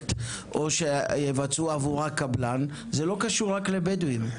פרויקט או שקבלן יבצע עבורה לא קשורה רק לבדואים.